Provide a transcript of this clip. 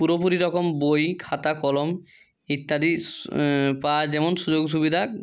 পুরোপুরি রকম বই খাতা কলম ইত্যাদি পায় যেমন সুযোগ সুবিধা